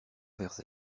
vers